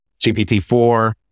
GPT-4